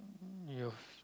your~